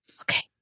Okay